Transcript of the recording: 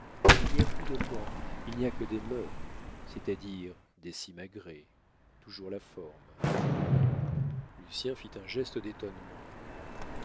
il n'y a plus de lois il n'y a que des mœurs c'est-à-dire des simagrées toujours la forme lucien fit un geste d'étonnement